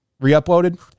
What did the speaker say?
Re-uploaded